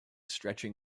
stretching